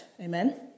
Amen